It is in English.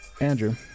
Andrew